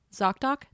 ZocDoc